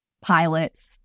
pilots